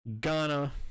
Ghana